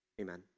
Amen